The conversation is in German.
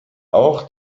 auch